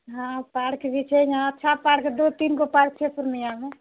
हँ पार्क भी छै नहि अच्छा पार्क दू तीन गो छै पूर्णियामे